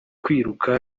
kwiruka